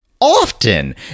Often